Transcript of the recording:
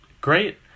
Great